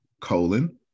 colon